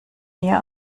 mir